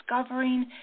discovering